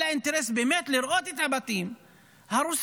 אלא אינטרס באמת לראות את הבתים הרוסים.